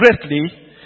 greatly